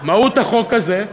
מהות החוק הזה,